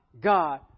God